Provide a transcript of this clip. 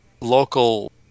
local